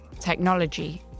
technology